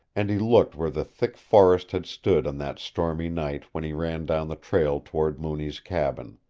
and he looked where the thick forest had stood on that stormy night when he ran down the trail toward mooney's cabin.